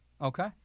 Okay